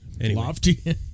Lofty